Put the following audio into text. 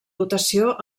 dotació